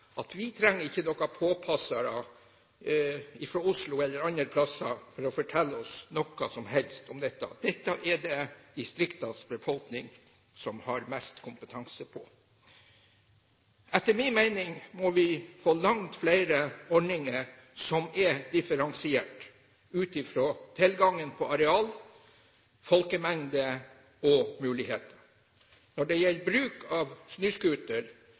at vi trenger ikke noen påpassere fra Oslo eller andre steder for å fortelle oss noe som helst om dette. Dette har distriktsbefolkningen mest kompetanse på. Etter min mening må vi få langt flere ordninger som er differensiert ut fra tilgangen på areal, folkemengde og muligheter. Når det gjelder bruk av